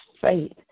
faith